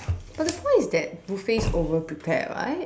but the point is that buffets over prepare right